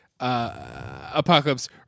Apocalypse